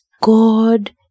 God